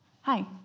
Hi